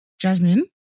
Jasmine